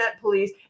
police